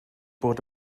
bod